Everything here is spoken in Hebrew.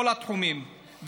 כל התחומים,